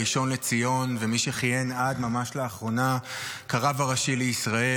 הראשון לציון ומי שכיהן עד ממש לאחרונה כרב הראשי לישראל,